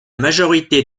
majorité